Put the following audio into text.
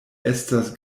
estas